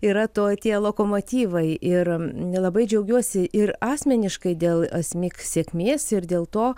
yra to tie lokomotyvai ir labai džiaugiuosi ir asmeniškai dėl asmik sėkmės ir dėl to